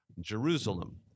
Jerusalem